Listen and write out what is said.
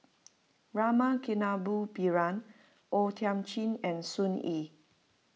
Rama Kannabiran O Thiam Chin and Soon Yee